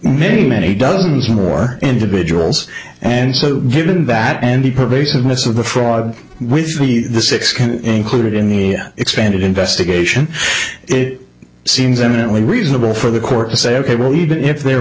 many many dozens more individuals and so given that and the pervasiveness of the fraud with me the six kind included in the expanded investigation it seems eminently reasonable for the court to say ok well even if there